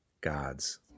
God's